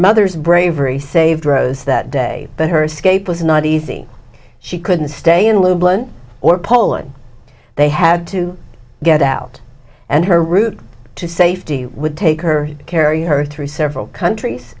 mother's bravery saved rose that day but her escape was not easy she couldn't stay in low blood or poland they had to get out and her route to safety would take her carry her through several countries